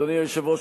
אדוני היושב-ראש,